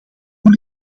doel